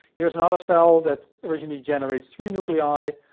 here's another cell that originally generates three nuclei,